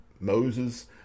Moses